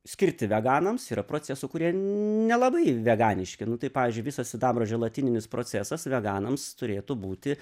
skirti veganams yra procesų kurie nelabai veganiški nu tai pavyzdžiui visos sidabro želatininis procesas veganams turėtų būti